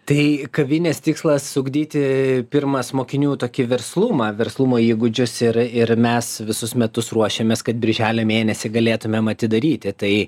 tai kavinės tikslas ugdyti pirmas mokinių tokį verslumą verslumo įgūdžius ir ir mes visus metus ruošiamės kad birželio mėnesį galėtumėm atidaryti tai